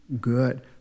Good